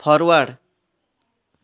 forward